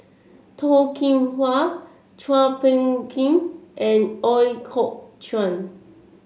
Toh Kim Hwa Chua Phung Kim and Ooi Kok Chuen